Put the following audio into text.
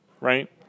right